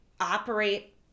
operate